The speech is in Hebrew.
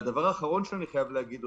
והדבר האחרון שאני חייב להגיד,